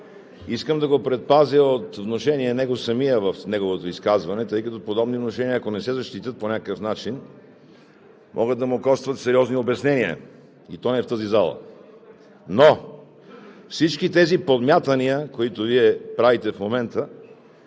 Искам да го предпазя от внушение на самия него в неговото изказване, тъй като подобни внушения, ако не се защитят по някакъв начин, могат да му костват сериозни обяснения, и то не в тази зала. Но всички тези подмятания, които Вие правите в момента,